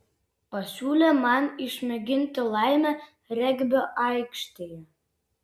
pasiūlė man išmėginti laimę regbio aikštėje